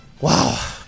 Wow